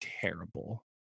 terrible